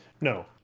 No